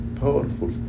powerful